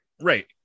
Right